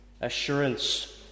assurance